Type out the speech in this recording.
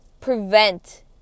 prevent